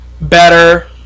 better